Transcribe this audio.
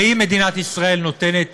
ואם מדינת ישראל נותנת